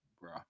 bro